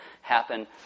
happen